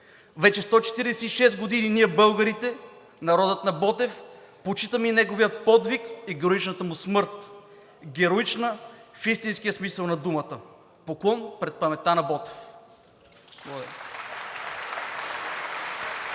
Вече 146 години ние българите – народът на Ботев, почитаме и неговия подвиг, и героичната му смърт. Героична в истинския смисъл на думата. Поклон пред паметта на Ботев!